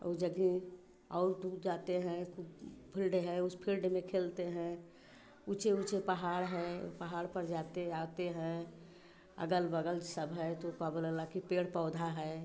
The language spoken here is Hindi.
और जगह और दूर जाते हैं ख़ूब फिल्ड है उस फिल्ड में खेलते हैं ऊँचे ऊँचे पहाड़ है वो पहाड़ पर जाते आते हैं अग़ल बग़ल सब है तो क्या बोला ला कि पेड़ पौधा है